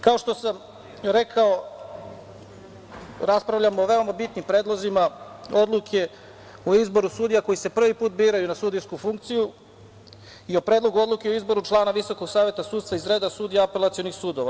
Kao što sam rekao, raspravljamo o veoma bitnim predlozima odluke, o izboru sudija koji se prvi put biraju na sudijsku funkciju i o Predlogu odluke o izboru člana VSS iz reda sudija apelacionih sudova.